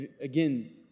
again